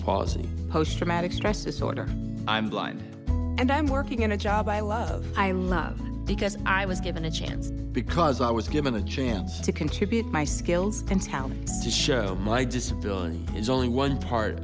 palsy post traumatic stress disorder i'm blind and i'm working in a job i love i love because i was given a chance because i was given the chance to contribute my skills and talents to show my disability is only one part